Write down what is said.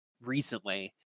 recently